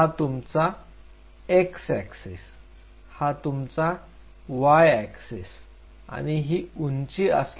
हा तुमचा x अक्ष हा तुमचा y अक्ष आणि ही उंची असलेला z अक्ष